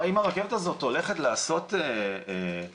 אם הרכבת הזאת הולכת לעשות איזה